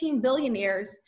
billionaires